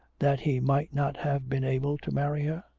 that he might not have been able to marry her?